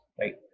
right